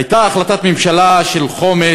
הייתה החלטת ממשלה על חומש,